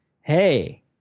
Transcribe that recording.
Hey